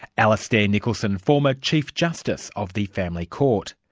alistair nicholson, former chief justice of the family court.